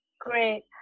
Great